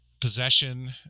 possession